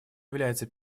является